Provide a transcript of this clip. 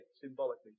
symbolically